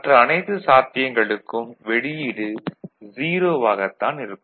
மற்ற அனைத்து சாத்தியங்களுக்கும் வெளியீடு 0 ஆகத் தான் இருக்கும்